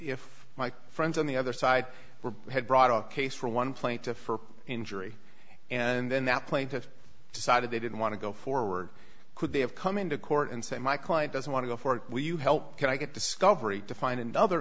if my friends on the other side were had brought a case for one plaintiff or injury and then that plaintiff decided they didn't want to go forward could they have come into court and say my client doesn't want to go forward will you help can i get discovery to find another